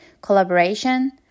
collaboration